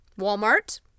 walmart